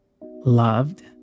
loved